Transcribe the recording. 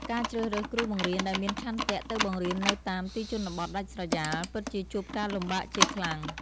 ការជ្រើសរើសគ្រូបង្រៀនដែលមានឆន្ទៈទៅបង្រៀននៅតាមទីជនបទដាច់ស្រយាល ពិតជាជួបការលំបាកជាខ្លាំង។